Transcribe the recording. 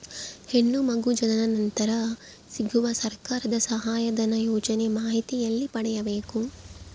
ಹೆಣ್ಣು ಮಗು ಜನನ ನಂತರ ಸಿಗುವ ಸರ್ಕಾರದ ಸಹಾಯಧನ ಯೋಜನೆ ಮಾಹಿತಿ ಎಲ್ಲಿ ಪಡೆಯಬೇಕು?